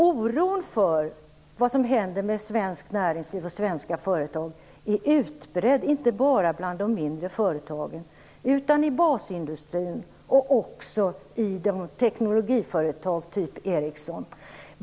Oron för vad som händer med svenskt näringsliv och svenska företag är utbredd inte bara bland de mindre företagen utan också i basindustrin och i teknologiföretag typ Ericsson.